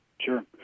Sure